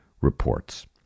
reports